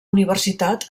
universitat